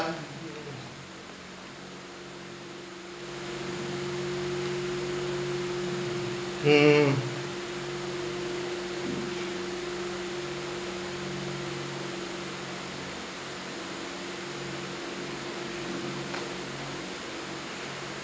mmhmm